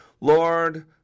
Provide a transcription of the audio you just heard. Lord